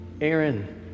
Aaron